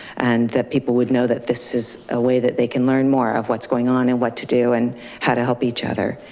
and that people would know that this is a way that they can learn more of what's going on and what to do and how to help each other.